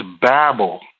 babble